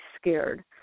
scared